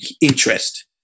interest